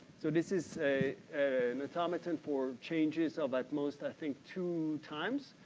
so, this is an automaton for changes of at most, i think two times.